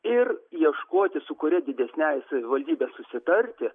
ir ieškoti su kuria didesniąja savivaldybe susitarti